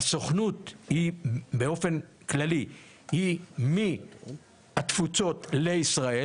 הסוכנות באופן כללי היא מהתפוצות לישראל